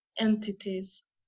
entities